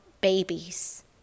babies